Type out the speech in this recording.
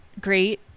great